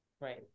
Right